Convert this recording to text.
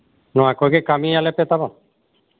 ᱱᱚᱣᱟ ᱠᱚᱜᱮ ᱠᱟᱹᱢᱤᱭᱟᱞᱮ ᱯᱮ ᱛᱟᱵᱚ